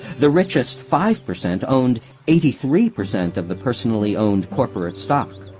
the richest five percent owned eighty three percent of the personally owned corporate stock.